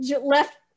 left